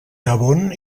gabon